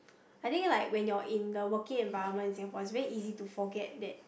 I think like when you are in the working environment in Singapore it is very easy to forget that